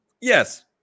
Yes